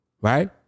Right